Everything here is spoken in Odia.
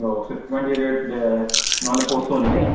ଓ ସେଥିପାଇଁ ଟିକେ ରେଟ୍ ନହେଲେ ପୋଷଉନି ନାଇଁ